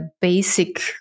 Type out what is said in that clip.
basic